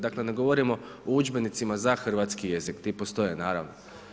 Dakle, ne govorimo o udžbenicima za Hrvatski jezik, ti postoje, naravno.